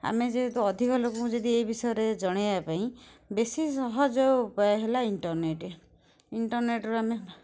ଆମେ ଯେହେତୁ ଅଧିକ ଲୋକଙ୍କୁ ଯଦି ଏଇ ବିଷୟରେ ଜଣେଇବା ପାଇଁ ବେଶୀ ସହଜ ଉପାୟ ହେଲା ଇଣ୍ଟର୍ନେଟ୍ ଇଣ୍ଟର୍ନେଟ୍ରେ ଆମେ